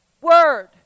word